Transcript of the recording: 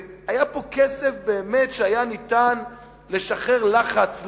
היה פה כסף שהיה אפשר באמצעותו לשחרר לחץ,